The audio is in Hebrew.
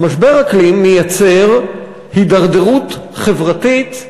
אז משבר אקלים מייצר הידרדרות חברתית,